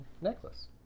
necklace